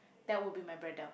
that would be my brother